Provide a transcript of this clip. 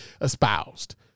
espoused